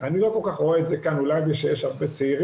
וזה עלה בדיון הקודם